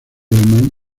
man